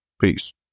Peace